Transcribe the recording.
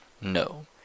No